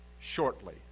shortly